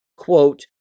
Quote